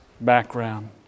background